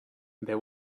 there